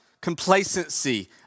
complacency